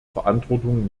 verantwortung